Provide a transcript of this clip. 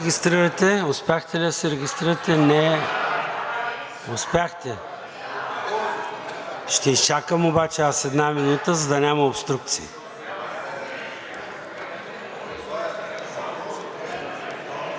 Успяхте ли да се регистрирате? Успяхте. Ще изчакам обаче една минута, за да няма обструкции.